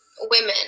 women